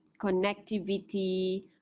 connectivity